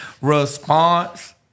response